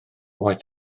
waith